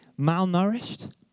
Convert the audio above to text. malnourished